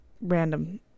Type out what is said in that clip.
random